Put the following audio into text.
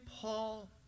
Paul